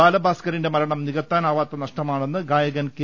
ബാലഭാസ്കറിന്റെ മരണം നികത്താനാവാത്ത നഷ്ടമാണെന്ന് ഗായകൻ കെ